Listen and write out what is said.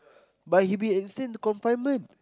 but he'll be insane to confinement